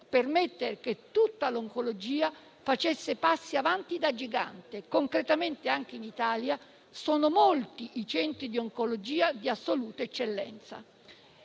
permettere che tutta l'oncologia facesse passi avanti da gigante. Concretamente, anche in Italia sono molti i centri di oncologia di assoluta eccellenza.